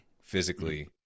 physically